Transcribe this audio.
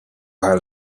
her